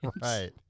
Right